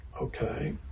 okay